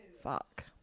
fuck